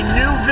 new